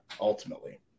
ultimately